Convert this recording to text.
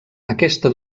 aquesta